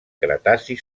cretaci